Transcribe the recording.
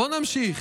בואו נמשיך,